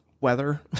weather